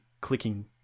clicking